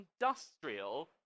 industrial